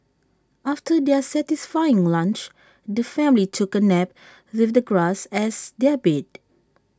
after their satisfying lunch the family took A nap with the grass as their bed